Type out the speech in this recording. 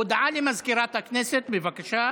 הודעה למזכירת הכנסת, בבקשה.